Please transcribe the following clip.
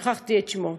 שכחתי את שמו.